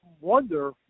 wonder